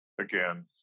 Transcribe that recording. again